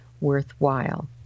worthwhile